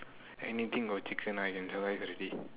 anything got chicken I can survive already